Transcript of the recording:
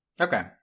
Okay